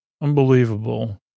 Unbelievable